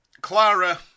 Clara